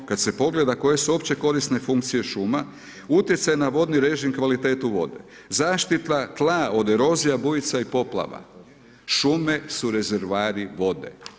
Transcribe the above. Kada se pogleda koje su opće korisne funkcije šuma, utjecaj na vodni režim, kvalitetu vode, zaštita tla od erozija, bujica i poplava, šume su rezervoari vode.